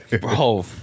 Bro